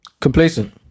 Complacent